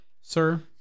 Sir